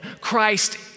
Christ